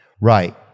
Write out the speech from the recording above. Right